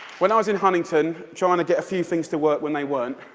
when i was in huntington, trying to get a few things to work when they weren't,